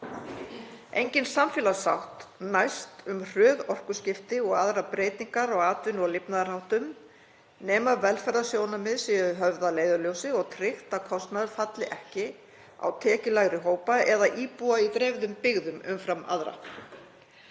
Engin samfélagssátt næst um hröð orkuskipti og aðrar breytingar á atvinnu- og lifnaðarháttum nema velferðarsjónarmið séu höfð að leiðarljósi og tryggt að kostnaður falli ekki á tekjulægri hópa eða íbúa í dreifðum byggðum umfram aðra.